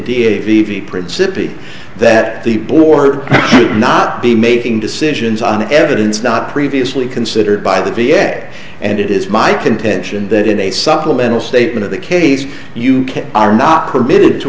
v v principi that the board not be making decisions on evidence not previously considered by the b s a and it is my contention that in a supplemental statement of the case you are not permitted to